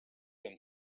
them